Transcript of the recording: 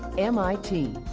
mit,